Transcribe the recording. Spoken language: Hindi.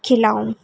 खिलाऊँ